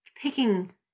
picking